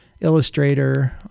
Illustrator